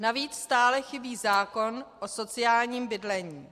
Navíc stále chybí zákon o sociálním bydlení.